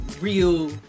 real